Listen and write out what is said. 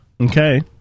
Okay